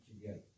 together